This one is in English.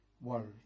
world